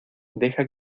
deja